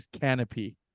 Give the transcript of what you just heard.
canopy